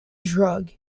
drug